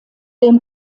den